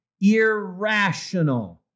Irrational